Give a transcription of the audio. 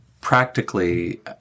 practically